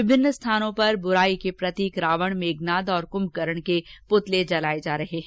विभिन्न स्थानों पर बुराई के प्रतीक रावण र्मेघनाद और कुमकरण के पुतले जलाए जा रहे हैं